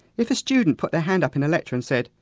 if a student put their hand up in a lecture and said,